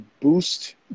boost